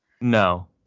No